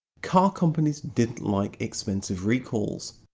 car companies didn't like expensive recalls.